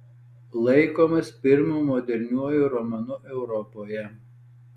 laikomas pirmu moderniuoju romanu europoje